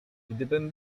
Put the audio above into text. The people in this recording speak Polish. gdybym